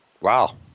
Wow